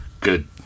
Good